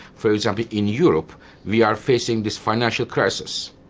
for example, in europe we are facing this financial crisis.